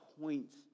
points